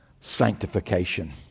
sanctification